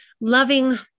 loving